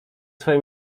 swoje